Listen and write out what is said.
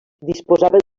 disposava